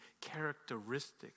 characteristics